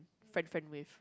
friend friend with